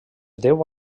deu